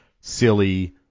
silly